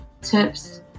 tips